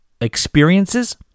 experiences